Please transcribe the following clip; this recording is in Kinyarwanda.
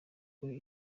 kuri